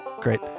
Great